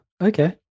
okay